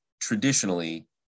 traditionally